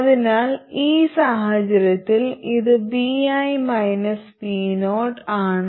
അതിനാൽ ഈ സാഹചര്യത്തിൽ ഇത് vi vo ആണ്